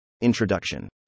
Introduction